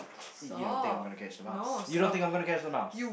you don't think I'm going to catch the mouse you don't think I'm going to catch the mouse